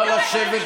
נא לשבת,